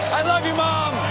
i love you mom!